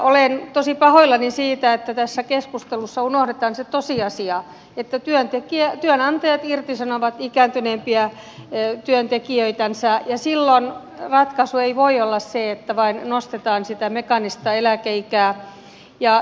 olen tosi pahoillani siitä että tässä keskustelussa unohdetaan se tosiasia että työnantajat irtisanovat ikääntyneempiä työntekijöitänsä ja silloin ratkaisu ei voi olla se että vain nostetaan sitä mekaanista eläkeikää